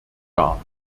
dar